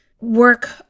work